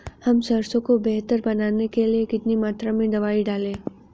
हम सरसों को बेहतर बनाने के लिए कितनी मात्रा में दवाई डालें?